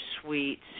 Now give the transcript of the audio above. sweets